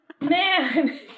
man